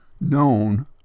known